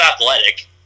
athletic